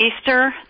Easter